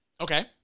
Okay